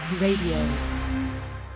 Radio